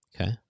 Okay